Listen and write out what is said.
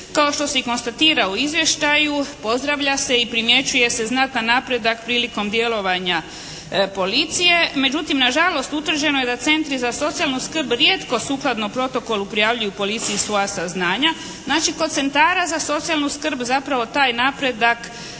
Kao što se i konstatira u izvještaju pozdravlja se i primjećuje se znatan napredak prilikom djelovanja policije. Međutim, na žalost utvrđeno je da centri za socijalnu skrb rijetko sukladno protokolu prijavljuju policiji svoja saznanja. Znači, kod centara za socijalnu skrb zapravo taj napredak